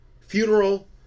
funeral